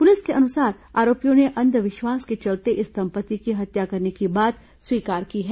police के अनुसार आरोपियों ने अंधविश्वास के चलते इस दंपत्ति की हत्या करने की बात स्वीकार की है